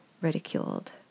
ridiculed